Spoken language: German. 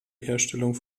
herstellung